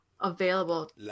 available